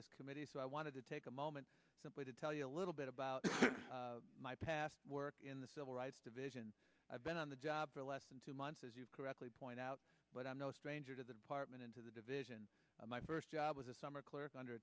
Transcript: this committee so i wanted to take a moment simply to tell you a little bit about my past work in the civil rights division i've been on the job for less than two months as you correctly point out but i'm no stranger to the department into the division of my first job was a summer clerk under